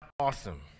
Awesome